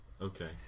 Okay